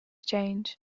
change